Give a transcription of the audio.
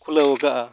ᱠᱷᱩᱞᱟᱹᱣ ᱠᱟᱜᱼᱟ